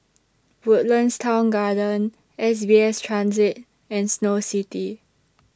Woodlands Town Garden S B S Transit and Snow City